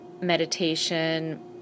Meditation